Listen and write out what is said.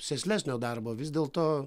sėslesnio darbo vis dėlto